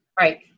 right